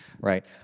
right